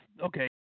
Okay